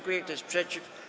Kto jest przeciw?